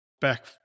back